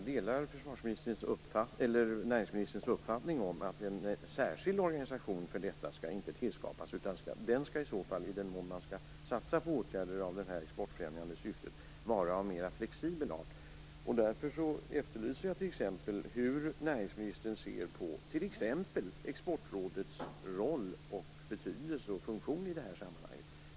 Herr talman! Jag delar näringsministerns uppfattning att det inte skall tillskapas någon särskild organisation för detta. I den mån som man skall satsa på åtgärder i exportfrämjande syfte skall den i så fall vara av mera flexibel art. Därför undrar jag hur näringsministern ser på t.ex. Exportrådets roll, betydelse och funktion i det här sammanhanget.